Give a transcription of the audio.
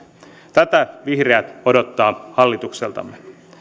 tätä vihreät odottaa hallitukseltamme